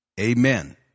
Amen